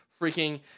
Freaking